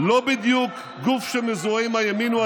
לא בדיוק גוף שמזוהה עם הימין או הליכוד,